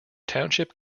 township